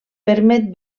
permet